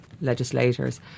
legislators